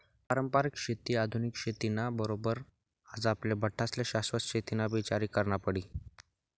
पारंपरिक शेती आधुनिक शेती ना बरोबर आज आपले बठ्ठास्ले शाश्वत शेतीनाबी ईचार करना पडी